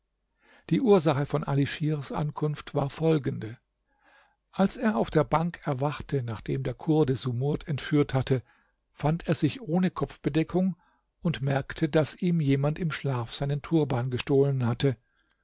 die ursache von ali schirs ankunft war folgende als er auf der bank erwachte nachdem der kurde sumurd entführt hatte fand er sich ohne kopfbedeckung und merkte daß ihm jemand im schlaf seinen turban gestohlen hatte